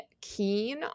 keen